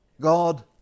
God